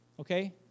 Okay